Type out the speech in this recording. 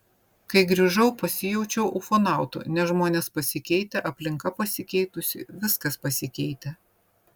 kai grįžau pasijaučiau ufonautu nes žmonės pasikeitę aplinka pasikeitusi viskas pasikeitę